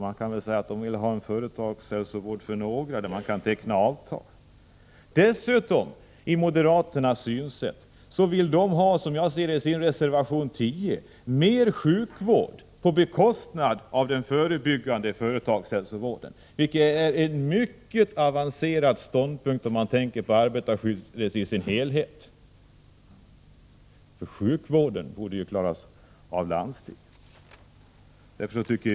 Man kan väl säga att moderaterna vill ha en företagshälsovård för några, som har möjlighet att teckna avtal om den. I reservation 10 vill moderaterna dessutom, som jag ser det, ha mer sjukvård på bekostnad av den förebyggande företagshälsovården, vilket är en mycket avancerad ståndpunkt, om man ser till arbetarskyddet i dess helhet. Sjukvården borde ju klaras av landstingen.